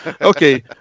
Okay